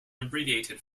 abbreviated